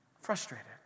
frustrated